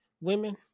women